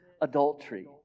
adultery